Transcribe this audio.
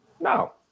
no